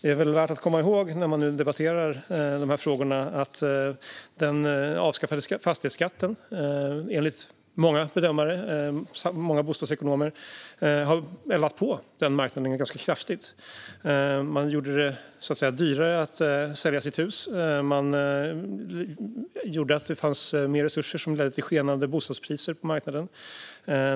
När vi nu debatterar de här frågorna är det värt att komma ihåg att den avskaffade fastighetsskatten enligt många bedömare och bostadsekonomer har eldat på marknaden ganska kraftigt. Man gjorde det dyrare för människor att sälja sitt hus, och man gjorde så att det fanns mer resurser, vilket ledde till skenande bostadspriser på marknaden.